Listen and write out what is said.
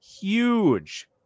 huge